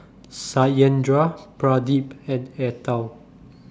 Satyendra Pradip and Atal